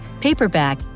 paperback